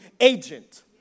agent